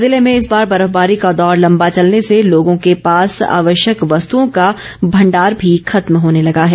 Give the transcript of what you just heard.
जिले में इस बार बर्फबारी का दौर लम्बा चलने से लोगों के पास अवश्यक वस्तुओं का भंडार भी खत्म होने लगा है